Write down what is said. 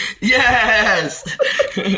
Yes